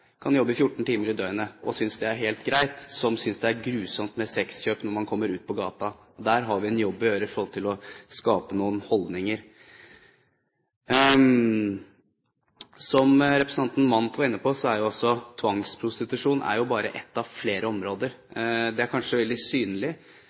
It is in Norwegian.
kan jobbe 14 timer i døgnet og synes det er helt greit – men som synes det er grusomt med sexkjøp når de kommer ut på gata. Der har vi en jobb å gjøre med å skape noen holdninger. Som representanten Mandt var inne på, er tvangsprostitusjon bare ett av flere områder.